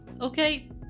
Okay